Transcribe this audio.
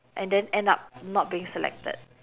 and then end up not being selected